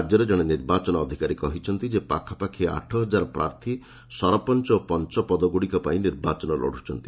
ରାଜ୍ୟରେ ଜଣେ ନିର୍ବାଚନ ଅଧିକାରୀ କହିଛନ୍ତି ପାଖାପାଖି ଆଠହଜାର ପ୍ରାର୍ଥ୍ ସରପଞ୍ଚ ଓ ପଞ୍ଚ ପଦଗୁଡିକ ପାଇଁ ନିର୍ବାଚନ ଲଢ଼ୁଛନ୍ତି